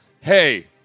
hey